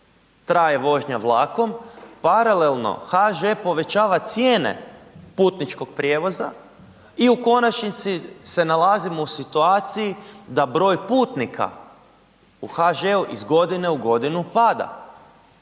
traje vožnja vlakom, paralelno HŽ povećava cijene putničkog prijevoza i u konačnici se nalazimo u situaciji da broj putnika u HŽ-u iz godine u godinu pada.